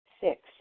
Six